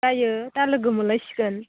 जायो दा लोगो मोनलायसिगोन